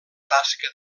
tasca